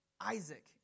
Isaac